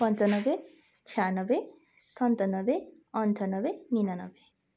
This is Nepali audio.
पन्चान्नब्बे छयान्नब्बे सन्तान्नब्बे अन्ठान्नब्बे निनानब्बे